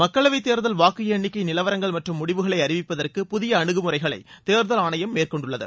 மக்களவைத் தேர்தல் வாக்கு எண்ணிக்கை நிலவரங்கள் மற்றும் முடிவுகளை அறிவிப்பதற்கு புதிய அணுகுமுறைகளை தேர்தல் ஆணையம் மேற்கொண்டுள்ளது